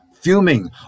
fuming